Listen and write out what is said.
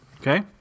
Okay